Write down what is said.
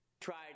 tried